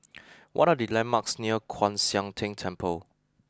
what are the landmarks near Kwan Siang Tng Temple